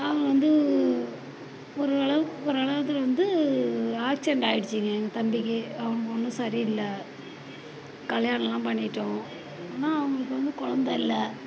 அவங்க வந்து ஒரு அளவு ஒரு அளவத்துல வந்து ஆக்சென்ட் ஆயிடிச்சுங்க எங்கள் தம்பிக்கு அவங்க ஒன்றும் சரி இல்லை கல்யாணமெலாம் பண்ணிட்டோம் ஆனால் அவர்களுக்கு வந்து கொழந்த இல்லை